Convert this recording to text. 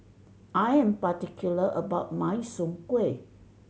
I am particular about my Soon Kueh